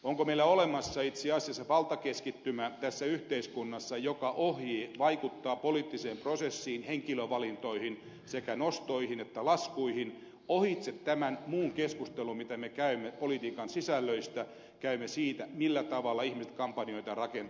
onko meillä olemassa itse asiassa tässä yhteiskunnassa valtakeskittymä joka vaikuttaa poliittiseen prosessiin henkilövalintoihin sekä nostoihin että laskuihin ohitse tämän muun keskustelun mitä me käymme politiikan sisällöistä ja siitä millä tavalla ihmiset kampanjoitaan rakentavat